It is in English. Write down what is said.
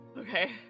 Okay